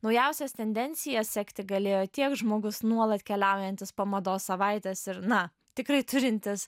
naujausias tendencijas sekti galėjo tiek žmogus nuolat keliaujantis po mados savaites ir na tikrai turintis